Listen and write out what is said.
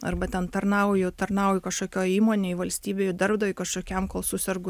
arba ten tarnauju tarnauju kažkokioj įmonėj valstybei darbdaviui kažkokiam kol susergu